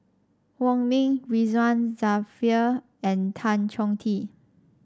Wong Ming Ridzwan Dzafir and Tan Chong Tee